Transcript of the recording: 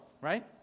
right